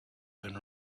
and